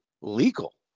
legal